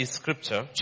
scripture